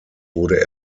wurde